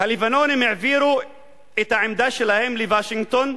הלבנונים העבירו את העמדה שלהם לוושינגטון,